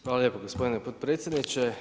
Hvala lijepo gospodine potpredsjedniče.